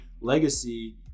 legacy